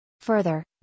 Further